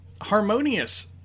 Harmonious